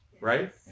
Right